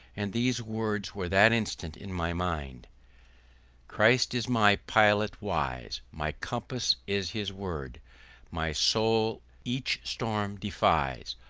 and these words were that instant in my mind christ is my pilot wise, my compass is his word my soul each storm defies,